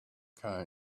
came